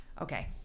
Okay